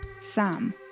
Sam